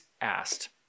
asked